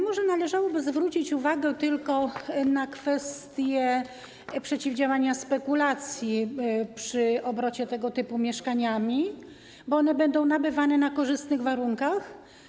Może należałoby tylko zwrócić uwagę na kwestię przeciwdziałania spekulacjom w obrocie tego typu mieszkaniami, bo one będą nabywane na korzystnych warunkach.